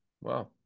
Wow